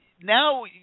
now